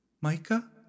Micah